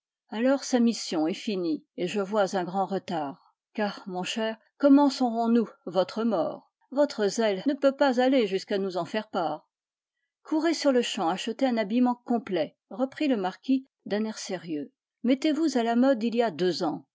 alors sa mission est finie et je vois un grand retard car mon cher comment saurons-nous votre mort votre zèle ne peut pas aller jusqu'à nous en faire part courez sur-le-champ acheter un habillement complet reprit le marquis d'un air sérieux mettez-vous à la mode d'il y a deux ans